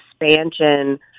expansion